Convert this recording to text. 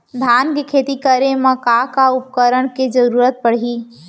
धान के खेती करे मा का का उपकरण के जरूरत पड़हि?